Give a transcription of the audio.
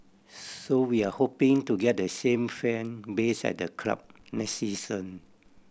so we're hoping to get the same fan base at the club next season